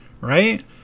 right